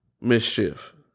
Mischief